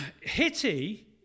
Hitty